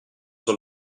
nous